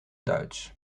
duits